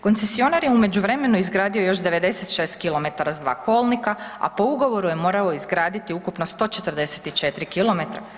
Koncesionar je u međuvremenu izgradio još 96 km s dva kolnika a po ugovoru je morao izgraditi ukupno 144 km.